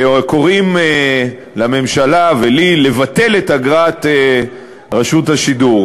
שקוראים לממשלה ולי לבטל את אגרת רשות השידור.